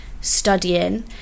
studying